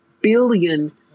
billion